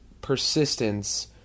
persistence